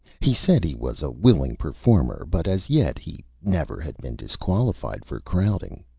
he said he was a willing performer, but as yet he never had been disqualified for crowding.